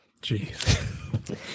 jeez